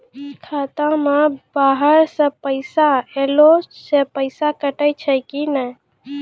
खाता मे बाहर से पैसा ऐलो से पैसा कटै छै कि नै?